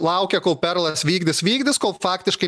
laukia kol perlas vykdys vykdys kol faktiškai